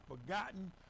forgotten